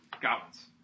Goblins